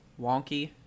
wonky